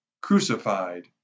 crucified